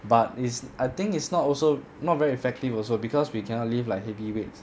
but is I think is not also not very effective also because we cannot lift like heavy weights